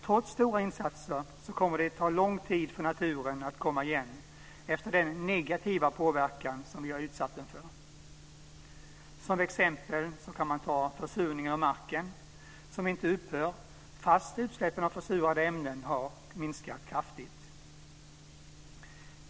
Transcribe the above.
Trots stora insatser kommer det att ta lång tid för naturen att komma igen efter den negativa påverkan som vi har utsatt den för. Som ett exempel kan man ta försurningen av marken som inte upphör fast utsläppen av försurande ämnen har minskat kraftigt.